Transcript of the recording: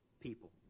people